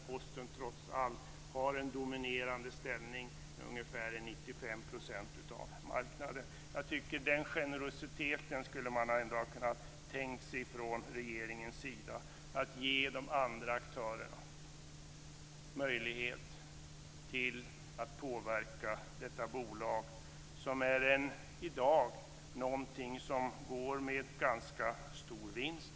Posten har trots allt en dominerande ställning med ungefär Jag tycker att man skulle ha visat den generositeten från regeringens sida. Man skulle ha givit de andra aktörerna möjlighet att påverka detta bolag, som i dag går med ganska stor vinst.